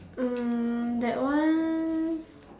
um that one